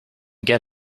get